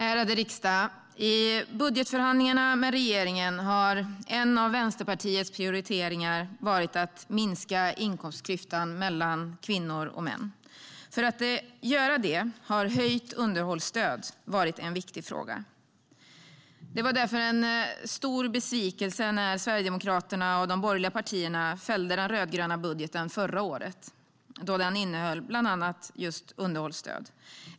Ärade riksdag! I budgetförhandlingarna med regeringen har en av Vänsterpartiets prioriteringar varit att minska inkomstklyftan mellan kvinnor och män. Därför har höjt underhållsstöd varit en viktig fråga. Det var därför en stor besvikelse när Sverigedemokraterna och de borgerliga partierna fällde den rödgröna budgeten förra året eftersom den bland annat innehöll just höjt underhållsstöd.